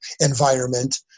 environment